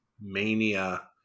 mania